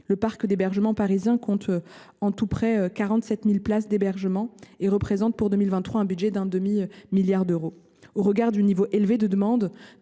Le parc d’hébergement parisien compte en tout près de 47 000 places d’hébergement et représente, pour 2023, un budget de 500 millions d’euros. Au regard du nombre important de demandes